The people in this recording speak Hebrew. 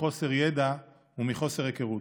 מחוסר ידע ומחוסר היכרות.